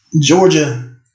Georgia